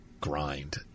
grind